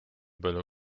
palju